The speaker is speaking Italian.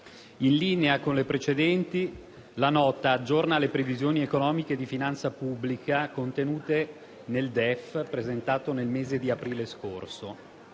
In linea con le precedenti, la Nota aggiorna le previsioni economiche di finanza pubblica contenute nel DEF presentato nel mese di aprile scorso